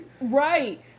right